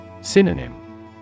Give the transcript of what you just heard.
Synonym